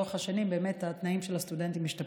לאורך השנים התנאים של הסטודנטים באמת השתפרו.